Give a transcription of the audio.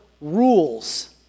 rules